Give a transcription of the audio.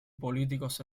políticos